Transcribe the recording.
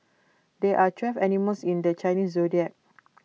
there are twelve animals in the Chinese Zodiac